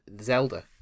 Zelda